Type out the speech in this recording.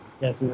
Yes